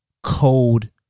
code